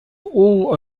all